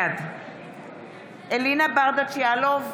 בעד אלינה ברדץ' יאלוב,